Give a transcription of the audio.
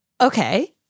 Okay